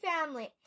family